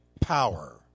power